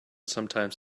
sometimes